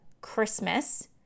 Christmas